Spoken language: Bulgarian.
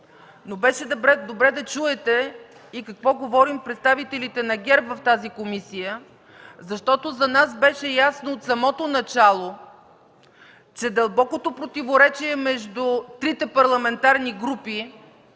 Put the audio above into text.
но беше добре да чуете и какво говорим представителите на ГЕРБ в тази комисия, защото за нас от самото начало беше ясно, че дълбокото противоречие между трите парламентарни групи